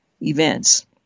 events